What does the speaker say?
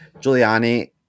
Giuliani